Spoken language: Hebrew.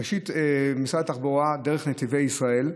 ראשית, משרד התחבורה, דרך נתיבי ישראל,